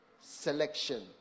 selection